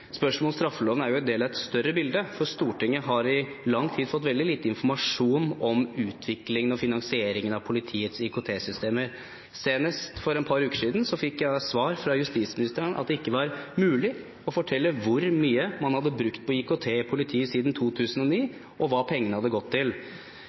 om straffeloven er en del av et større bilde, for Stortinget har i lang tid fått veldig lite informasjon om utvikling og finansiering av politiets IKT-systemer. Senest for et par uker siden fikk jeg svar fra justisministeren at det ikke var mulig å fortelle hvor mye man hadde brukt på IKT i politiet siden 2009,